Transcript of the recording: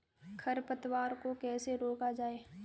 खरपतवार को कैसे रोका जाए?